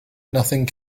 nothing